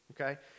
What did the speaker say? okay